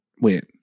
wait